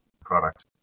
product